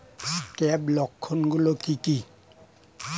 Scab লক্ষণ গুলো কি কি?